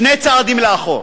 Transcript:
שני צעדים לאחור.